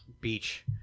beach